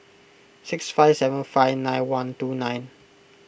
six five seven five nine one two nine